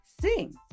sing